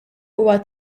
huwa